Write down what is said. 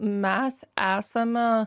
mes esame